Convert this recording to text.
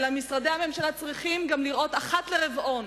אלא משרדי הממשלה צריכים גם לראות אחת לרבעון